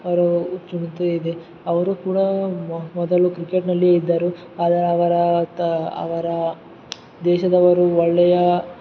ಅವರು ಇದೆ ಅವರು ಕೂಡ ಮೊದಲು ಕ್ರಿಕೆಟ್ನಲ್ಲಿ ಇದ್ದರು ಆದರೆ ಅವರ ತ ಅವರ ದೇಶದವರು ಒಳ್ಳೆಯ